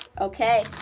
Okay